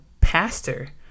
pastor